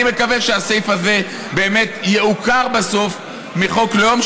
ואני מקווה שסעיף זה יעוקר בסוף מחוק הלאום.